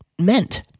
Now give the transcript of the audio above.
meant